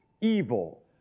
evil